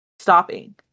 Stopping